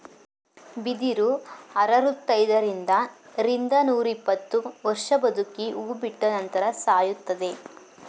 ಬಿದಿರು ಅರವೃತೈದರಿಂದ ರಿಂದ ನೂರಿಪ್ಪತ್ತು ವರ್ಷ ಬದುಕಿ ಹೂ ಬಿಟ್ಟ ನಂತರ ಸಾಯುತ್ತದೆ